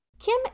Kim